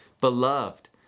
Beloved